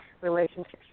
relationships